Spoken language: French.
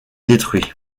détruit